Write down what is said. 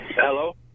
Hello